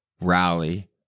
rally